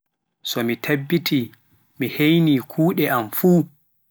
So mi tabbiti mi heyni kuɗe am fuu.